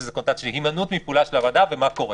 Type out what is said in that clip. לזה קונוטציה שלילית של הוועדה ומה קורה.